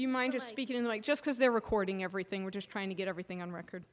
you mind just speaking like just because they're recording everything we're just trying to get everything on record